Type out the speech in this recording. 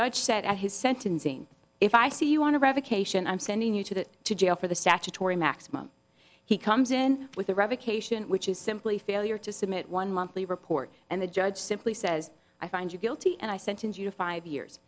judge said at his sentencing if i say you want to revocation i'm sending you to the to jail for the statutory maximum he comes in with a revocation which is simply failure to submit one monthly report and the judge simply says i find you guilty and i sentence you to five years